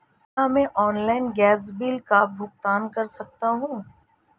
क्या मैं online gas bill का भुगतान कर सकता हूँ?